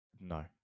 No